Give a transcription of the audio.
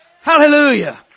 Hallelujah